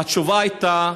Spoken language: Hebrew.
התשובה הייתה: